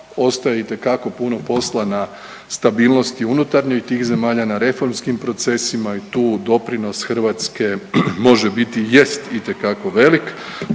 ostaje itekako puno posla na stabilnosti unutarnjoj tih zemalja, na reformskih procesa i tu doprinos Hrvatske može biti i jest itekako velik.